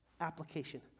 application